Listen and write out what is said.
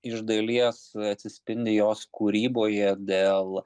iš dalies atsispindi jos kūryboje dėl